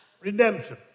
redemption